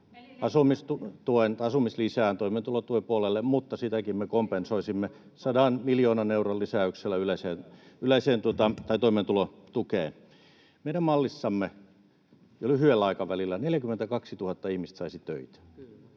asumislisään, toimeentulotuen puolelle, mutta sitäkin me kompensoisimme 100 miljoonan euron lisäyksellä toimeentulotukeen. Meidän mallissamme ja lyhyellä aikavälillä 42 000 ihmistä saisi töitä.